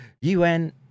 UN